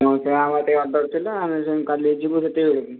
ହଁ ଯାହା ମୋତେ ଅର୍ଡ଼ର୍ ଥିଲା ଆମେ ସେମ କାଲି ଯିବୁ ସେତିକି ବେଳକୁ